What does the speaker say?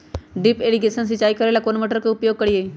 Drip irrigation सिंचाई करेला कौन सा मोटर के उपयोग करियई?